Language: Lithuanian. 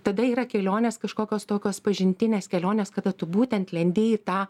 tada yra kelionės kažkokios tokios pažintinės kelionės kada tu būtent lendi į tą